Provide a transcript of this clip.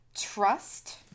trust